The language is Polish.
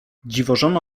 dziwożona